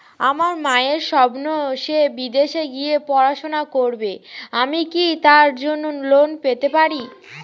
আমার মেয়ের স্বপ্ন সে বিদেশে গিয়ে পড়াশোনা করবে আমি কি তার জন্য লোন পেতে পারি?